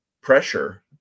pressure